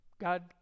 God